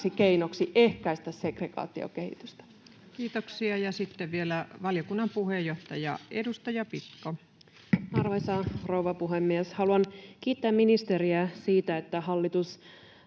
keinoksi ehkäistä segregaatiokehitystä. Kiitoksia. — Sitten vielä valiokunnan puheenjohtaja, edustaja Pitko. Arvoisa rouva puhemies! Haluan kiittää ministeriä siitä, että hallitus